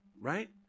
Right